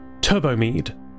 Turbo-mead